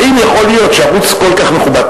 האם יכול להיות שערוץ כל כך מכובד,